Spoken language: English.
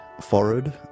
forehead